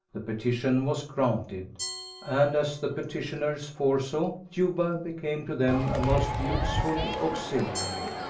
the petition was granted and as the petitioners foresaw, juba became to them a most useful auxiliary.